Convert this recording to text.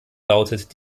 lautet